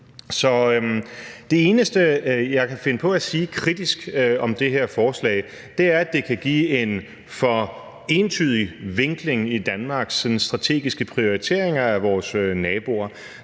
kritiske, jeg kan finde på at sige om det her forslag, er, at det kan give en for entydig vinkling af Danmarks strategiske prioriteringer af sine naboer.